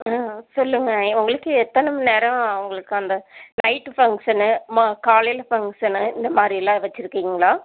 ம் சொல்லுங்கள் உங்களுக்கு எத்தனை மணி நேரம் உங்களுக்கு அந்த நைட்டு ஃபங்க்ஷனு மா காலையில் ஃபங்க்ஷனு இந்த மாதிரி எல்லாம் வச்சுருக்கீங்களா